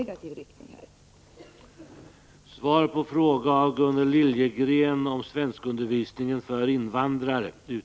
Om svenskundervis